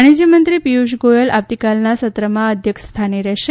વાણિજ્ય મંત્રી પિયુષ ગોયેલ આવતીકાલના સત્રમાં અધ્યક્ષસ્થાને રહેશે